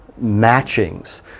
matchings